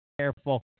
careful